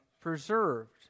preserved